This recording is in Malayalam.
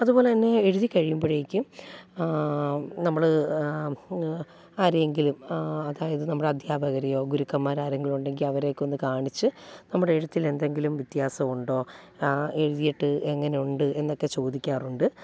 അതുപോലെതന്നെ എഴുതിക്കഴിയുമ്പോഴേക്ക് നമ്മൾ ആരെയെങ്കിലും അതായത് നമ്മളുടെ അദ്ധ്യാപകരെയോ ഗുരുക്കന്മാരാരെങ്കിലുമുണ്ടെങ്കിൽ അവരെയൊക്കെയൊന്നു കാണിച്ച് നമ്മുടെ എഴുത്തിൽ എന്തെങ്കിലും വ്യത്യാസമുണ്ടോ എഴുതിയിട്ട് എങ്ങനെയുണ്ട് എന്നൊക്കെ ചോദിക്കാറുണ്ട്